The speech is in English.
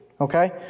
okay